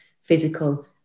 physical